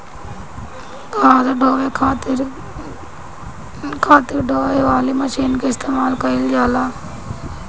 घास ढोवे खातिर खातिर ढोवे वाली मशीन के इस्तेमाल कइल जाला